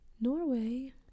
Norway